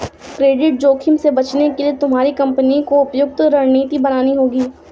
credit जोखिम से बचने के लिए तुम्हारी कंपनी को उपयुक्त रणनीति बनानी होगी